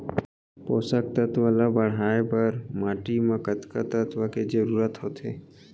पोसक तत्व ला बढ़ाये बर माटी म कतका तत्व के जरूरत होथे?